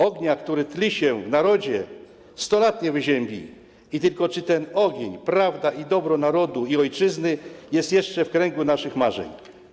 Ognia, który tli się w narodzie, 100 lat nie wyziębi i tylko czy ten ogień, prawda, dobro narodu i ojczyzny jest jeszcze w kręgu naszych marzeń?